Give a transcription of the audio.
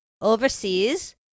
overseas